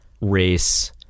race